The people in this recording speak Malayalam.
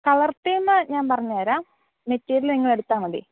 കളർ തീം ഞാൻ പറഞ്ഞു തരാം മെറ്റീരിയൽ നിങ്ങൾ എടുത്താൽ മതി